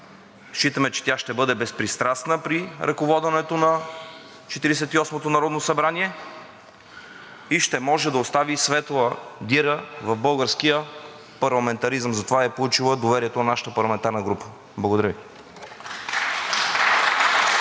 Считаме, че тя ще бъде безпристрастна при ръководенето на Четиридесет и осмото народно събрание и ще може да остави светла диря в българския парламентаризъм, затова е получила доверието на нашата парламентарна група. Благодаря Ви.